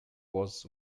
was